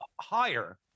higher